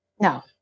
No